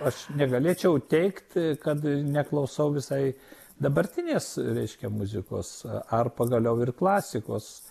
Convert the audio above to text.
aš negalėčiau teigt kad neklausau visai dabartinės reiškia muzikos ar pagaliau ir klasikos